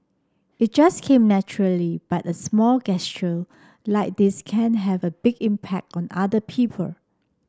it just came naturally but a small like this can have a big impact on other people